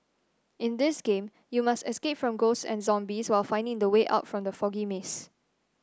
in this game you must escape from ghosts and zombies while finding the way out from the foggy maze